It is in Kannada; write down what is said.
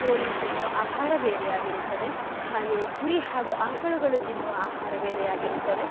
ಕೋಳಿ ತಿನ್ನುವ ಆಹಾರ ಬೇರೆ ಆಗಿರುತ್ತದೆ ಹಾಗೆ ಕುರಿ ಹಾಗೂ ಆಕಳುಗಳು ತಿನ್ನುವ ಆಹಾರ ಬೇರೆಯಾಗಿರುತ್ತದೆ